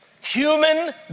Human